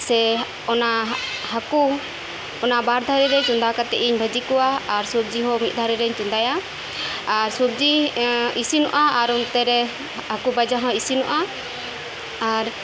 ᱥᱮ ᱚᱱᱟ ᱦᱟᱹᱠᱩ ᱚᱱᱟ ᱵᱟᱨ ᱫᱷᱟᱨᱮ ᱨᱮ ᱪᱚᱸᱫᱟ ᱠᱟᱛᱮ ᱤᱧ ᱵᱷᱟᱹᱡᱤ ᱠᱚᱣᱟ ᱥᱚᱵᱡᱤ ᱦᱚᱸ ᱢᱤᱫ ᱫᱷᱟᱨᱮᱨᱤᱧ ᱪᱚᱫᱟᱭᱟ ᱥᱚᱵᱡᱤ ᱤᱥᱤᱱᱚᱜᱼᱟ ᱟᱨ ᱚᱱᱛᱮᱨᱮ ᱦᱟᱹᱠᱩ ᱵᱷᱟᱡᱟ ᱦᱚᱸ ᱤᱥᱤᱱᱚᱜᱼᱟ ᱟᱨ